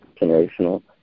generational